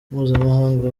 mpuzamahanga